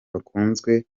bakunzwe